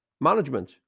management